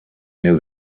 knew